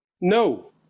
No